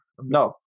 no